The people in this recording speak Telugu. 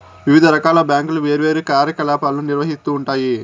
వివిధ రకాల బ్యాంకులు వేర్వేరు కార్యకలాపాలను నిర్వహిత్తూ ఉంటాయి